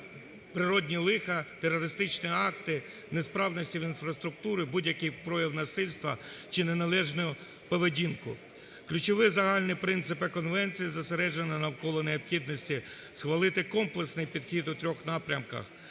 природні лиха, терористичні акти, несправності в інфраструктурі, будь-який прояв насильства чи неналежну поведінку. Ключові загальні принципи Конвенції зосереджені навколо необхідності схвалити комплексний підхід у трьох напрямках